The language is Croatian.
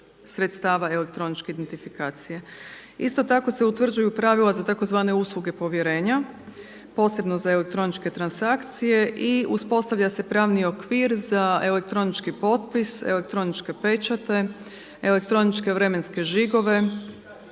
sredstava elektroničke identifikacije. Isto tako se utvrđuju pravila za tzv. usluge povjerenja, posebno za elektroničke transakcije i uspostavlja se pravni okvir za elektronički potpis, elektroničke pečate, elektroničke vremenske žigove,